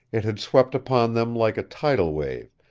it had swept upon them like a tidal wave,